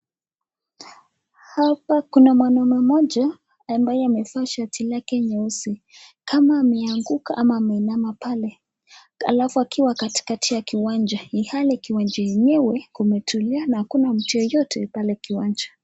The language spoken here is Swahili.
Hapa kuna mwanaume mmoja ambaye amevaa shati lake nyeusi, kama ameanguka ama ameinama pale, halafu akiwa katikati ya kiwanja ilhali kiwanja enyewe kumetulia na hakuna mtu yeyote pale kiwanja.